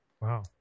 wow